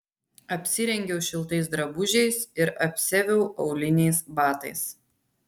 apsirengiau šiltais drabužiais ir apsiaviau auliniais batais